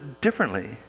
differently